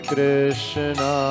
Krishna